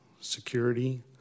security